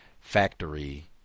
factory